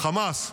מחמאס,